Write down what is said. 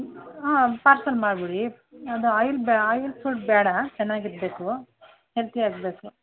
ಹಾಂ ಪಾರ್ಸೆಲ್ ಮಾಡ್ಬಿಡಿ ಅದು ಆಯಿಲ್ ಬಾ ಆಯಿಲ್ ಸ್ವಲ್ಪ ಬೇಡ ಚೆನ್ನಾಗಿರ್ಬೇಕು ಹೆಲ್ತಿಯಾಗಿ ಬೇಕು